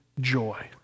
joy